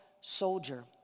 soldier